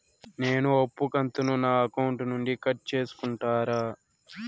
నేను అప్పు కంతును నా అకౌంట్ నుండి కట్ సేసుకుంటారా?